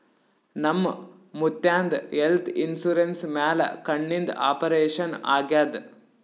ನಮ್ ಮುತ್ಯಾಂದ್ health insurance ಮ್ಯಾಲ ಕಣ್ಣಿಂದ್ ಆಪರೇಷನ್ ಆಗ್ಯಾದ್